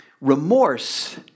remorse